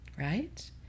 right